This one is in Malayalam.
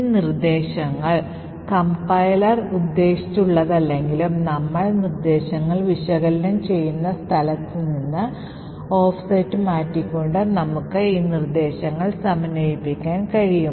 ഈ നിർദ്ദേശങ്ങൾ കംപൈലർ ഉദ്ദേശിച്ചുള്ളതല്ലെങ്കിലും നമ്മൾ നിർദ്ദേശങ്ങൾ വിശകലനം ചെയ്യുന്ന സ്ഥലത്ത് നിന്ന് ഓഫ്സെറ്റ് മാറ്റിക്കൊണ്ട് നമുക്ക് ഈ നിർദ്ദേശങ്ങൾ സമന്വയിപ്പിക്കാൻ കഴിയും